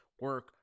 Work